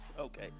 Okay